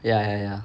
ya ya ya